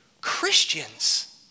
Christians